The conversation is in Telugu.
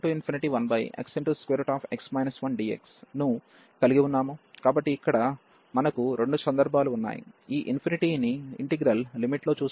కాబట్టి మనకు ఇక్కడ రెండు సందర్భాలు ఉన్నాయి ఈ ఇన్ఫినిటీ ని ఇంటిగ్రల్ లిమిట్ లో చూస్తాము